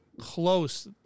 close